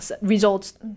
results